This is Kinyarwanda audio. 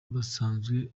basanzwe